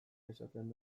esaten